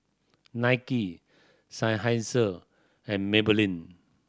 Nike Seinheiser and Maybelline